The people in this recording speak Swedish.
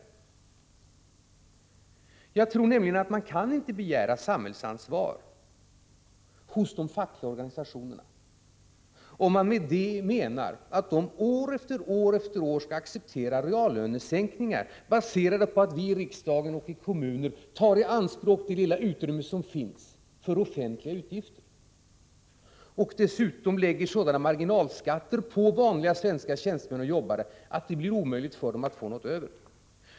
Jag tror nämligen inte att man kan begära samhällsansvar av de fackliga organisationerna, om man med det menar att de år efter år skall acceptera reallönesänkningar, baserade på att riksdagen och kommunerna tar i anspråk det lilla utrymme som finns för offentliga utgifter och dessutom lägger sådana marginalskatter på vanliga svenska tjänstemän och jobbare att det blir omöjligt för dem att få någonting över.